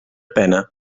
pena